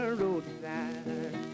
roadside